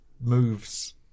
moves